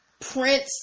Prince